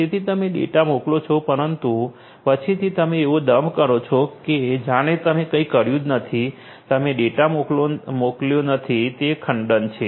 તેથી તમે ડેટા મોકલો છો પરંતુ પછીથી તમે એવો દંભ કરો છો કે જાણે તમે કંઇ કર્યું નથી તમે ડેટા મોકલ્યો નથી તે ખંડન છે